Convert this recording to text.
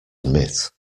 admit